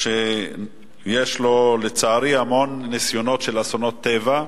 שיש לו לצערי המון ניסיונות של אסונות טבע,